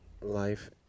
life